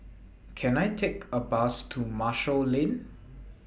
Can I Take A Bus to Marshall Lane